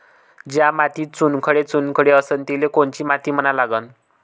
ज्या मातीत चुनखडे चुनखडे असन तिले कोनची माती म्हना लागन?